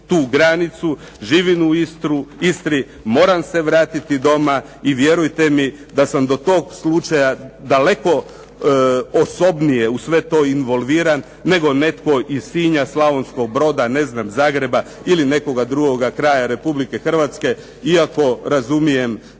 tu granicu, živim u Istri, moram se vratiti doma i vjerujte mi da sam do tog slučaja daleko osobnije u sve to involviran nego netko iz Sinja, Slavonskog Broda, Zagreba ili nekoga drugoga kraja RH iako razumijem